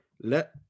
Let